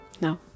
No